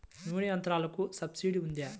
నూనె యంత్రాలకు సబ్సిడీ ఉందా?